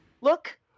look